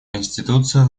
конституция